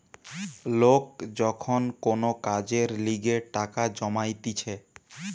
লোক যখন কোন কাজের লিগে টাকা জমাইতিছে